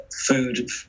food